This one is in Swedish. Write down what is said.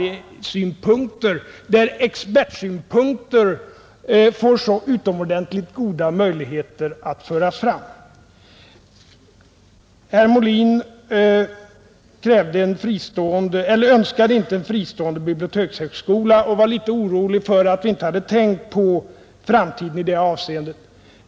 Expertsynpunkter får ju där utomordentligt goda möjligheter att komma fram. Herr Molin önskade inte en fristående bibliotekshögskola och var litet orolig för att vi inte hade tänkt på framtiden i det avseendet.